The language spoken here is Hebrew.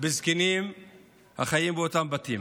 בזקנים החיים באותו בית.